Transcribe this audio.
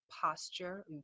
posture